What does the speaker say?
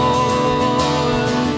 Lord